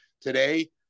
today